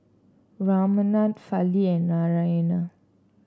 Ramanand Fali and Narayana